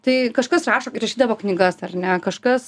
tai kažkas rašo rašydavo knygas ar ne kažkas